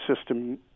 system